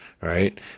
right